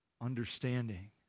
understanding